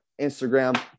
Instagram